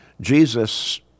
Jesus